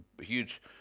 huge